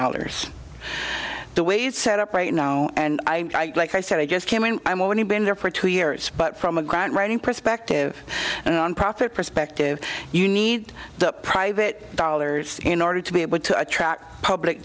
dollars the way it's set up right now and i like i said i just came in i'm only been there for two years but from a grant writing perspective and profit perspective you need the private dollars in order to be able to attract public